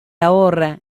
ahorra